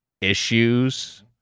issues